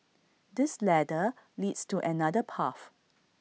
this ladder leads to another path